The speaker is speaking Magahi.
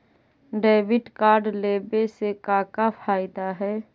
डेबिट कार्ड लेवे से का का फायदा है?